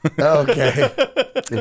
Okay